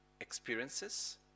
experiences